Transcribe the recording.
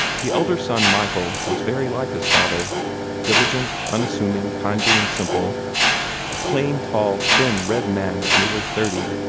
the elder son michael was very like his father diligent, unassuming, kindly, and simple a plain, tall, thin red man of nearly thirty,